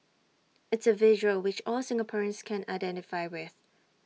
it's A visual which all Singaporeans can identify with